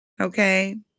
Okay